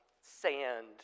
sand